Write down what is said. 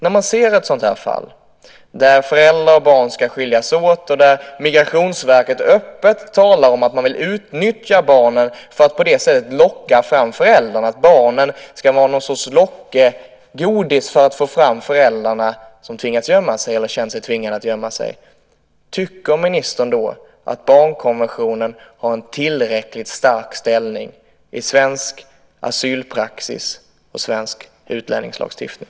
När man ser ett sådant här fall, där föräldrar och barn ska skiljas åt och där Migrationsverket öppet talar om att man vill utnyttja barnen för att på det sättet locka fram föräldrarna - barnen ska vara någon sorts lockgodis för att få fram föräldrarna som känt sig tvingade att gömma sig - tycker ministern då att barnkonventionen har en tillräckligt stark ställning i svensk asylpraxis och i svensk utlänningslagstiftning?